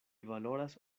valoras